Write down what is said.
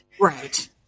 Right